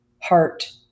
heart